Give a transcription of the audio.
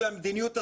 מדיניות השר.